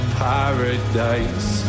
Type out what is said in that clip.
paradise